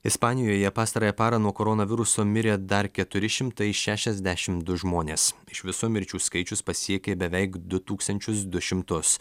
ispanijoje pastarąją parą nuo koronaviruso mirė dar keturi šimtai šešiasdešimt du žmonės iš viso mirčių skaičius pasiekė beveik du tūkstančius du šimtus